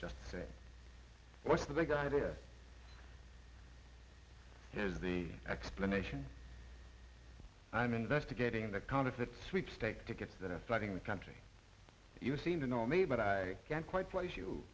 just say what's the big idea is the explanation i'm investigating the counterfeit sweepstake tickets that flooding the country you seem to know me but i can't quite place you